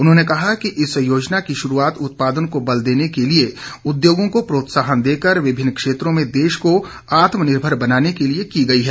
उन्होंने कहा कि इस योजना की शुरुआत उत्पादन को बल देने के लिये उद्योगों को प्रोत्साहन देकर विभिन्न क्षेत्रों में देश को आत्मनिर्भर बनाने के लिये की गई है